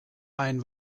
ein